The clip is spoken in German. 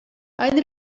ein